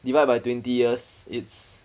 divide by twenty years it's